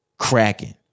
Cracking